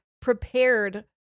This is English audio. prepared